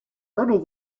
hurdle